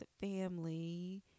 family